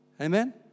Amen